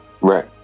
Right